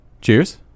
Cheers